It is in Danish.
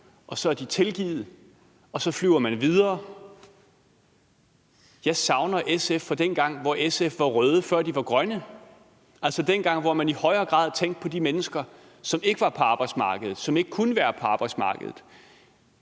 og så er man tilgivet, og så flyver man videre. Jeg savner SF fra dengang, hvor SF var røde, før de var grønne, dengang, hvor man i højere grad tænkte på de mennesker, som ikke var på arbejdsmarkedet, som ikke kunne være på arbejdsmarkedet.